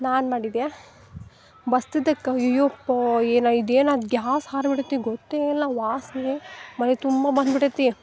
ನಾನು ಮಾಡಿದ್ಯಾ ಬಸ್ದದ್ದಕ್ಕೆ ಅಯ್ಯೊಯ್ಯೋಪ್ಪಾ ಏನು ಇದೇನು ಗ್ಯಾಸ್ ಹಾರ್ಬಿಡೈತಿ ಗೊತ್ತೇ ಇಲ್ಲ ವಾಸ್ನೆ ಮನೆ ತುಂಬ ಬಂದ್ಬಿಟೈತಿ